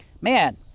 man